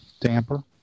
damper